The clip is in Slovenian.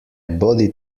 bodi